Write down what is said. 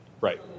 Right